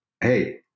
hey